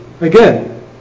again